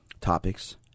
topics